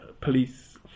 police